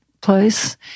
place